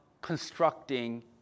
constructing